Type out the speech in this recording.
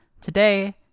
Today